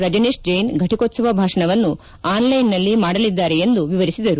ರಜನೀಶ್ ಜೈನ್ ಫಟಿಕೋತ್ಸವ ಭಾಷಣವನ್ನು ಆನ್ಲೈನ್ನಲ್ಲಿ ಮಾಡಲಿದ್ದಾರೆ ಎಂದು ವಿವರಿಸಿದರು